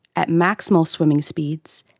at maximal swimming speeds,